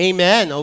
Amen